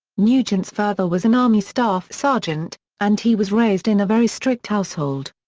nugent's father was an army staff sergeant, and he was raised in a very strict household.